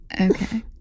Okay